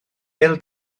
bêl